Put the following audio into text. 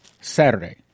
Saturday